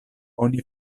oni